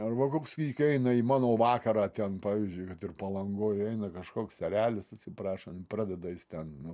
arba koks į kai eina į mano vakarą ten pavyzdžiui kad ir palangoj eina kažkoks erelis atsiprašant pradeda jis ten nu